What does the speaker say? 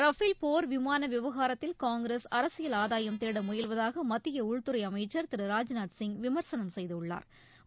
Rafale போர் விமான விவகரத்தில் காங்கிரஸ் அரசியல் ஆதாயம்தேட முயல்வதாக மத்திய உள்துறை அமைச்சா் திரு ராஜ்நாத்சிங் விமா்சனம் செய்துள்ளாா்